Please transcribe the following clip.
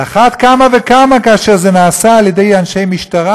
על אחת כמה וכמה כאשר זה נעשה על ידי אנשי משטרה,